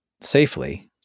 safely